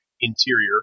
interior